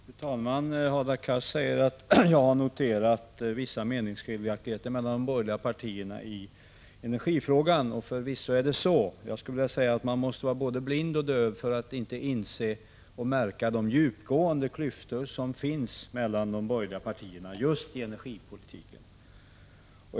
Fru talman! Hadar Cars säger att jag har noterat vissa meningsskiljaktigheter mellan de borgerliga partierna i energifrågan. Förvisso är det så. Man måste vara både blind och döv för att inte märka de djupgående klyftor som finns mellan de borgerliga partierna just i energipolitiken.